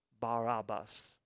Barabbas